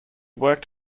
worked